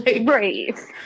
Right